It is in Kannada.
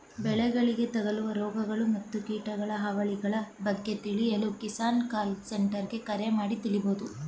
ಬೆಳೆಗಳಿಗೆ ತಗಲುವ ರೋಗಗಳು ಮತ್ತು ಕೀಟಗಳ ಹಾವಳಿಗಳ ಬಗ್ಗೆ ತಿಳಿಯಲು ಕಿಸಾನ್ ಕಾಲ್ ಸೆಂಟರ್ಗೆ ಕರೆ ಮಾಡಿ ತಿಳಿಬೋದು